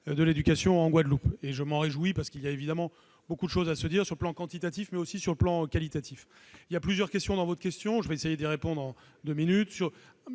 de l'éducation en Guadeloupe. Je m'en réjouis parce que nous avons évidemment beaucoup de choses à nous dire sur le plan quantitatif, mais aussi sur le plan qualitatif. Vous me posez plusieurs questions, auxquelles je vais essayer de répondre en deux minutes.